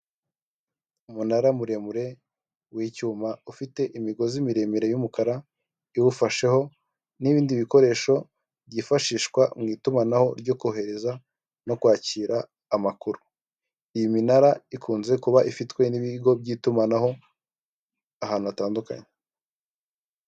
Umunara muremure w'icyuma ufite imigozi miremire y'umukara iwufasheho n'ibindi bikoresho byifashishwa mu itumanaho ryo kohereza no kwakira amakuru. Iyi minara ikunze kuba ifitwe n'ibigo by'itumanaho ahantu hatandukanye.